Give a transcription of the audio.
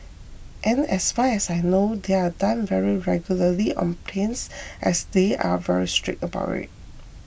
and as far as I know they are done very regularly on planes as they are very strict about it